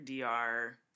DR